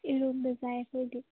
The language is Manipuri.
ꯏꯔꯣꯟꯕ ꯆꯥꯏ ꯑꯩꯈꯣꯏꯒꯤꯗꯤ